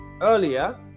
earlier